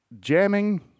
jamming